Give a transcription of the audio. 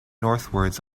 northwards